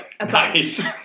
Nice